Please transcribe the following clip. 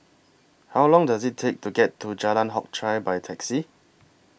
How Long Does IT Take to get to Jalan Hock Chye By Taxi